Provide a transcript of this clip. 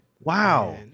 Wow